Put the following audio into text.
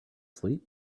sleep